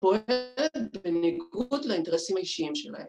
‫פועל בניגוד לאינטרסים האישיים שלהם.